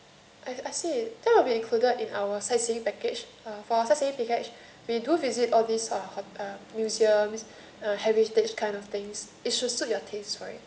I I see that will be included in our sightseeing package uh for sightseeing package we do visit all these uh uh museums uh heritage kind of things it should suit your tastes right